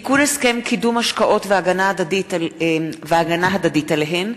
תיקון הסכם קידום השקעות והגנה הדדית עליהן